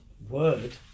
word